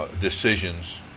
decisions